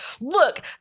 look